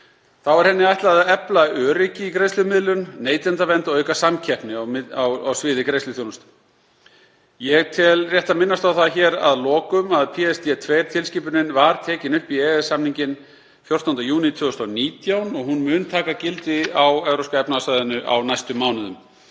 Þá er henni ætlað að efla öryggi í greiðslumiðlun, neytendavernd og auka samkeppni á sviði greiðsluþjónustu. Ég tel rétt að minnast á það hér að lokum að PSD2-tilskipunin var tekin upp í EES-samninginn 14. júní 2019 og hún mun taka gildi á Evrópska efnahagssvæðinu á næstu mánuðum.